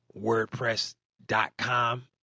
WordPress.com